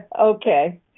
Okay